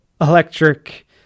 electric